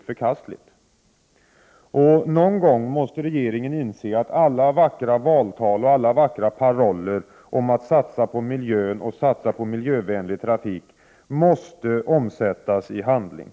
9 februari 1989 Någon gång måste regeringen inse att alla vackra valtal och paroller om att satsa på miljö och miljövänliga kommunikationer också måste omsättas i handling.